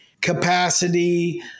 capacity